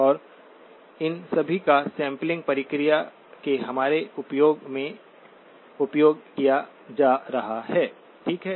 और इन सभी का सैंपलिंग प्रक्रिया के हमारे उपयोग में उपयोग किया जा रहा है ठीक है